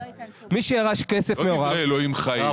מי שירש כסף מהוריו --- לא,